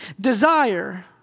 desire